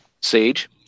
Sage